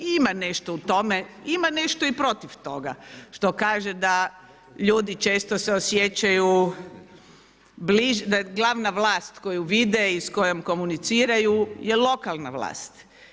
I ima nešto u tome, ima nešto i protiv toga što kaže da ljudi često se osjećaju bliže, da glavna vlast koju vide i s kojom komuniciraju je lokalna vlast.